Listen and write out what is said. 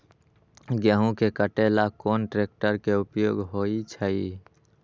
गेंहू के कटे ला कोंन ट्रेक्टर के उपयोग होइ छई?